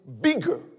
bigger